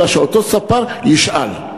אלא שהספר ישאל.